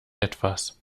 etwas